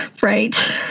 Right